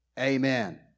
Amen